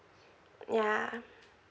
yeah